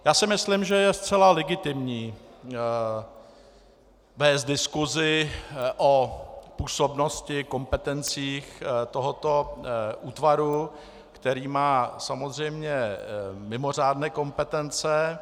Já si myslím, že je zcela legitimní vést diskusi o působnosti, kompetencích tohoto útvaru, který má samozřejmě mimořádné kompetence.